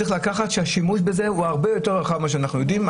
צריך להבין שהשימוש בזה הוא הרבה יותר רחב ממה שאנחנו יודעים.